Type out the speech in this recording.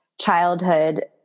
childhood